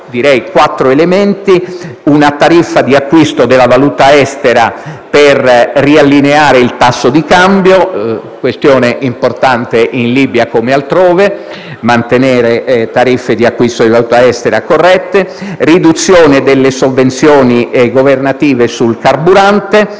quattro elementi: una tariffa di acquisto della valuta estera per riallineare il tasso di cambio (questione importante in Libia come altrove, al fine di mantenere tariffe di acquisto di valuta estera corrette); riduzione delle sovvenzioni governative sul carburante;